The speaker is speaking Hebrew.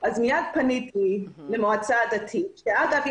מיד פניתי למועצה הדתית ואגב,